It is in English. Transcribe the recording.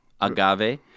agave